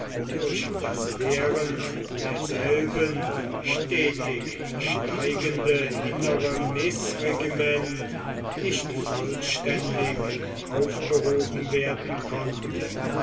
durch das während derselben stetig steigende innere mißregiment nicht vollständig aufgehoben werden konnte